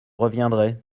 reviendrai